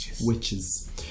Witches